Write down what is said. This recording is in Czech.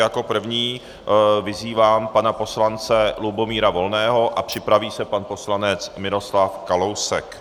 Jako první vyzývám pana poslance Lubomíra Volného a připraví se pan poslanec Miroslav Kalousek.